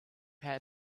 had